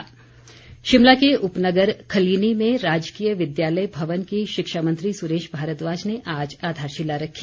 सुरेश भारद्वाज शिमला के उपनगर खलीनी में राजकीय विद्यालय भवन की शिक्षा मंत्री सुरेश भारद्वाज ने आज आधारशिला रखी